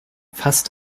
fast